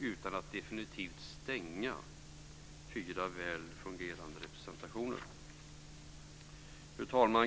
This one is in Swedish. utan att definitivt stänga fyra väl fungerande representationer. Fru talman!